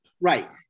Right